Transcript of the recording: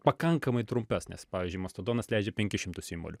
pakankamai trumpesnis pavyzdžiui mastodonas leidžia penkis šimtus simbolių